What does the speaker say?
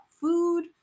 food